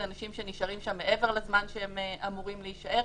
אנשים שנשארים שם מעבר לזמן שהם אמורים להישאר,